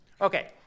okay